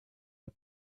are